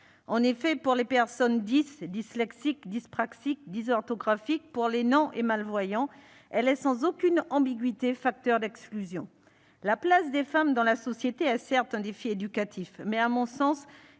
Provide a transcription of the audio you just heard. En effet, pour les personnes « dys »- dyslexiques, dyspraxiques, dysorthographiques -et pour les non-voyants et les malvoyants, elle est sans aucune ambiguïté facteur d'exclusion. La place des femmes dans la société constitue certes un défi éducatif, mais qui ne